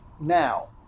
now